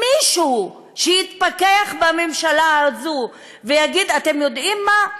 מישהו שיתפכח בממשלה הזאת ויגיד: אתם יודעים מה?